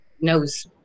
knows